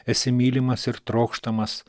esi mylimas ir trokštamas